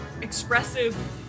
expressive